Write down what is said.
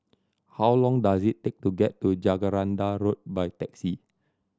how long does it take to get to Jacaranda Road by taxi